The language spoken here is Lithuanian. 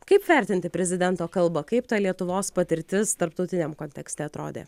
kaip vertinti prezidento kalbą kaip ta lietuvos patirtis tarptautiniam kontekste atrodė